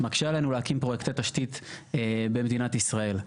מקשה עלינו להקים פרויקטי תשתית במדינת ישראל.